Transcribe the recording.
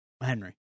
Henry